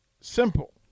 Simple